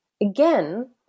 again